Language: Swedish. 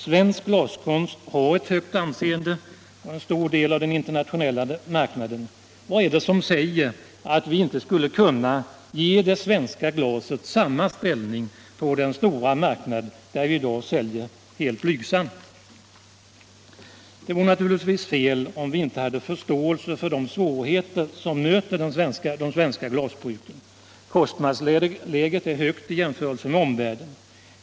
Svensk glaskonst har ett högt anseende på en stor del av den internationella marknaden. Vad är det som säger att vi inte skulle kunna ge det svenska glaset samma ställning på den stora marknad där vi i dag säljer helt blygsamt? Det vore naturligtvis fel om vi inte hade förståelse för de svårigheter som möter de svenska glasbruken. Kostnadsläget är högt i jämförelse med omvärldens.